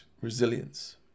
resilience